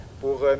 pour